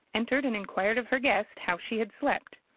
entered and inquired of her guest how she had slept.